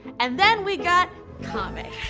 and then we got comics!